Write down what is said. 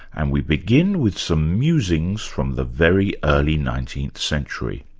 and we begin with some musings from the very early nineteenth century.